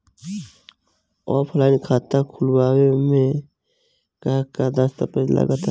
Offline खाता खुलावे म का का दस्तावेज लगा ता?